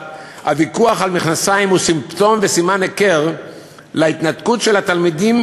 הוויכוח על מכנסיים הוא סימפטום וסימן היכר להתנתקות של התלמידים